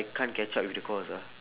I can't catch up with the course ah